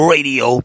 Radio